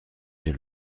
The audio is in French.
j’ai